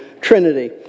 Trinity